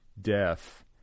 death